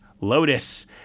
Lotus